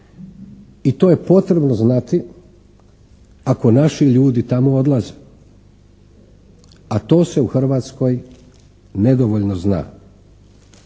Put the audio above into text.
i to je potrebno znati ako naši ljudi tamo odlaze. A to se u Hrvatskoj nedovoljno zna.